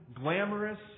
glamorous